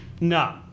no